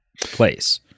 place